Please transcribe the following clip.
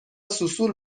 سوسول